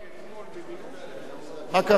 אני הספקתי?